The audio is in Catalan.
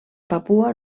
papua